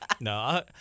No